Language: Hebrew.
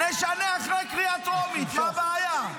נשנה אחרי קריאה טרומית, מה הבעיה?